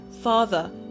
Father